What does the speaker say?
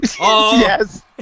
Yes